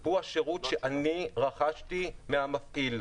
הוא השירות שאני רכשתי מהמפעיל,